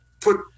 put